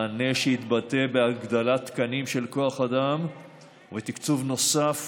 מענה שיתבטא בהגדלת תקנים של כוח אדם ובתקצוב נוסף